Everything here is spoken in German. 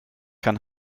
kann